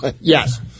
Yes